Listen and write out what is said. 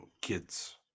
kids